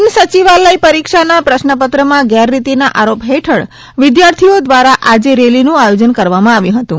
બિન સચિવાલય પરીક્ષાના પ્રશ્નપત્રમાં ગેરરીતિના આરોપ હેઠળ વિદ્યાર્થીઓ દ્વારા આજે રેલીનું આયોજન કરવામાં આવ્યું હતું